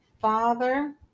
father